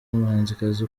umuhanzikazi